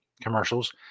commercials